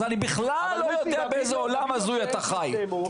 אז אני בכלל לא יודע באיזה עולם הזוי אתה חי.